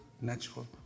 natural